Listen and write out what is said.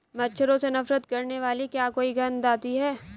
मच्छरों से नफरत करने वाली क्या कोई गंध आती है?